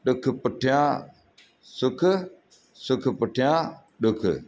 ॾुख पुठिया सुख सुख पुठिया ॾुख